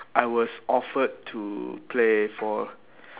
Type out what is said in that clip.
I was offered to play for